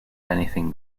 anything